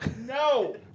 No